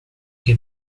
che